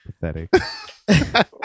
Pathetic